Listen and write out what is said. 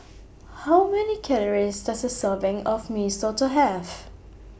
How Many Calories Does A Serving of Mee Soto Have